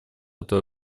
эту